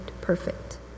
perfect